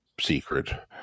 secret